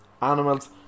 animals